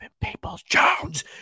Peoples-Jones